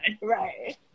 Right